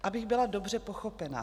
Abych byla dobře pochopena.